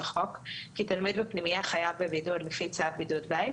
לחוק כי תלמיד בפנימייה חייב בבידוד לפי צו בידוד בית,